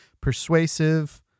Persuasive